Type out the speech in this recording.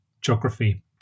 geography